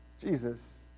Jesus